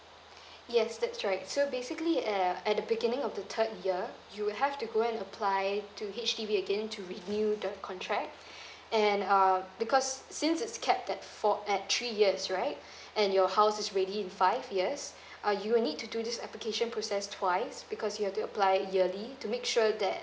yes that's right so basically at at the beginning of the third year you'll have to go and apply to H_D_B again to renew the contract and um because since it's kept at four at three years right and your house's ready in five years uh you need to do this application process twice because you have to apply yearly to make sure that